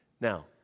now